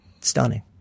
stunning